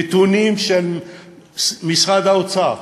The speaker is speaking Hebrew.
נתונים של משרד האוצר,